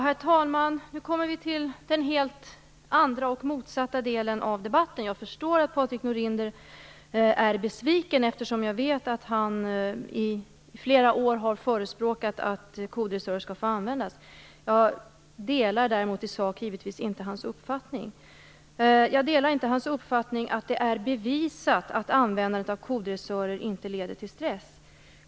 Herr talman! Nu kommer vi till den helt andra och motsatta delen av debatten. Jag förstår att Patrik Norinder är besviken, eftersom jag vet att han i flera år har förespråkat att kodressörer skall få användas. Jag delar däremot givetvis inte hans uppfattning i sak. Jag delar inte heller hans uppfattning att det är bevisat att användandet av kodressörer inte leder till stress.